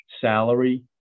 salary